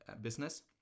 business